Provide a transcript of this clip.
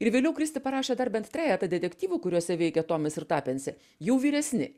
ir vėliau kristi parašė dar bent trejetą detektyvų kuriuose veikė tomis ir tapensė jau vyresni